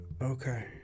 Okay